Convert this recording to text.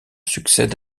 succède